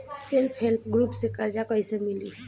Self help group से कर्जा कईसे मिली?